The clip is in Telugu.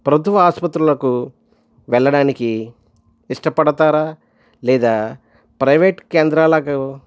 ప్రభుత్వ ఆసుపత్రులకు వెళ్ళడానికి ఇష్టపడుతారా లేదా ప్రైవేట్ కేంద్రాలకు